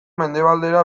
mendebaldera